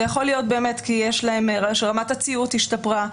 זה יכול להיות כי רמת הציות השתפרה.